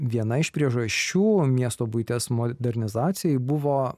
viena iš priežasčių miesto buities modernizacijai buvo